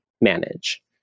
manage